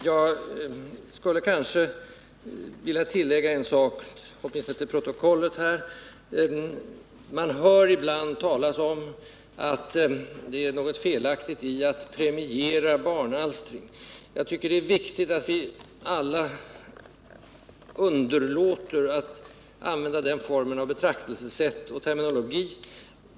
Jag skulle också vilja tillägga ytterligare några ord till protokollet. Man hör ibland talas om att det är något felaktigt i att ”premiera barnalstring”. Jag tycker att det är viktigt att vi alla låter bli att använda ett sådant betraktelsesätt och en sådan terminologi.